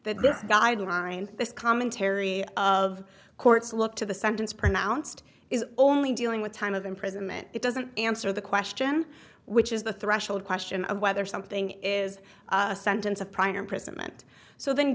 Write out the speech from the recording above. this guideline this commentary of courts look to the sentence pronounced is only dealing with time of imprisonment it doesn't answer the question which is the threshold question of whether something is a sentence of prior imprisonment so then